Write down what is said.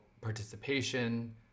participation